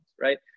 right